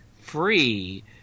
free